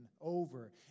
over